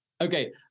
Okay